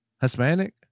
Hispanic